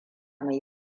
mai